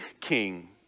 king